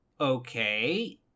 okay